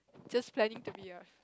just planning to be a